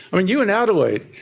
and you in adelaide,